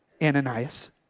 Ananias